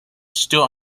still